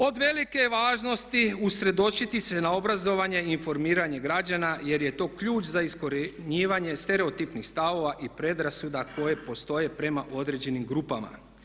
Od velike je važnosti usredotočiti se na obrazovanje i informiranje građana jer je to ključ za iskorjenjivanje stereotipnih stavova i predrasuda koje postoje prema određenim grupama.